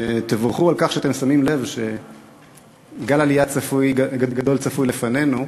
תבורכו על כך שאתם שמים לב שגל עלייה גדול צפוי לפנינו.